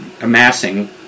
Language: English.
amassing